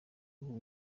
nubu